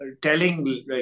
telling